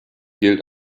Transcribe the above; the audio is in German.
gilt